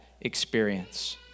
experience